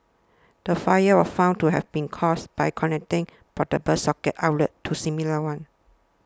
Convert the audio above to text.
the fire was found to have been caused by connecting portable socket outlets to similar ones